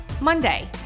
Monday